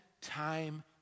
time